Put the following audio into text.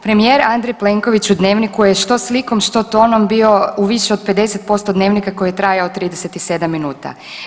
Premijer Andrej Plenković u Dnevniku je što slikom, što tonom bio u više od 50% Dnevnika koji je trajao 37 minuta.